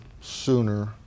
sooner